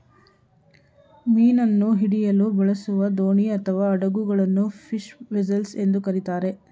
ಮೀನನ್ನು ಹಿಡಿಯಲು ಬಳಸುವ ದೋಣಿ ಅಥವಾ ಹಡಗುಗಳನ್ನು ಫಿಶ್ ವೆಸೆಲ್ಸ್ ಎಂದು ಕರಿತಾರೆ